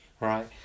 right